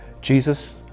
Jesus